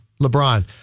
LeBron